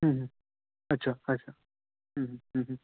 अच्छा अच्छा